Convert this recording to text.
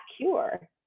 cure